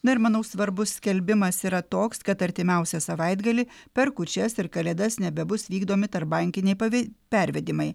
dar manau svarbus skelbimas yra toks kad artimiausią savaitgalį per kūčias ir kalėdas nebebus vykdomi tarpbankiniai pave pervedimai